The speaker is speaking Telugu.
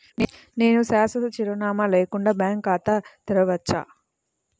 నేను శాశ్వత చిరునామా లేకుండా బ్యాంక్ ఖాతా తెరవచ్చా?